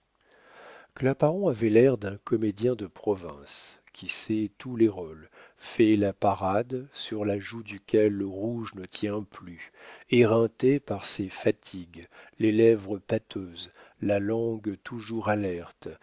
claparon avait l'air d'un comédien de province qui sait tous les rôles fait la parade sur la joue duquel le rouge ne tient plus éreinté par ses fatigues les lèvres pâteuses la langue toujours alerte